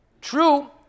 true